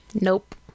Nope